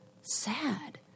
sad